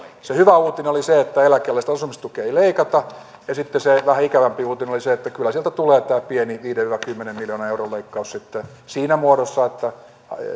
se hyvä uutinen oli se että eläkeläisten asumistukea ei leikata ja sitten se vähän ikävämpi uutinen oli se että kyllä sieltä tulee tämä pieni viiden viiva kymmenen miljoonan euron leikkaus sitten siinä muodossa että